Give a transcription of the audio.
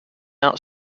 out